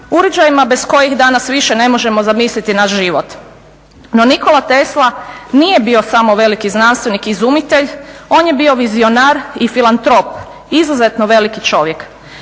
uređajima bez kojih danas više ne možemo zamisliti naš život. No Nikola Tesla nije bio samo veliki znanstvenik i izumitelj, on je bio vizionar i filantrop, izuzetno veliki čovjek.